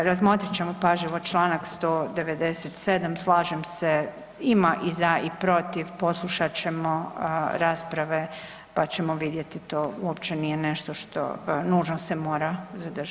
Razmotrit ćemo pažljivo Članak 197., slažem se ima i za i protiv, poslušat ćemo rasprave pa ćemo vidjeti to uopće nije nešto što nužno se mora zadržati.